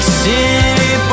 city